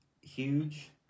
huge